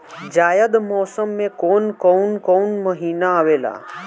जायद मौसम में कौन कउन कउन महीना आवेला?